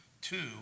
Two